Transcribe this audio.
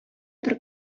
бер